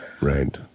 Right